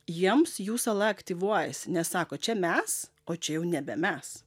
jiems jų sala aktyvuojasi nes sako čia mes o čia jau nebe mes